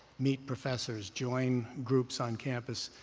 meet professors, join groups on campus.